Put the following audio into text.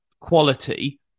quality